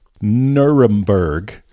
Nuremberg